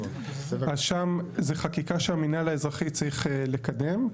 זה חקיקה שהמינהל האזרחי צריך לקדם.